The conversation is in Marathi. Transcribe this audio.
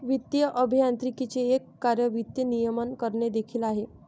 वित्तीय अभियांत्रिकीचे एक कार्य वित्त नियमन करणे देखील आहे